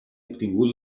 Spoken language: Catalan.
obtingut